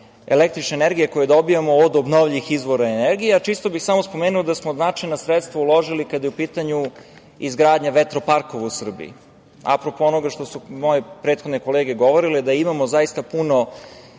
električne energije koju dobijamo od obnovljivih izvora energije. Spomenuo bih da smo značajna sredstva uložili kada je u pitanju izgradnja vetroparkova u Srbiji, a povodom onoga što su moje kolege govorile, da imamo zaista puno